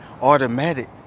automatic